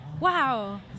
wow